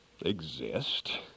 exist